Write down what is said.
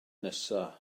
nesaf